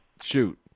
Shoot